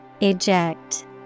Eject